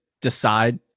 decide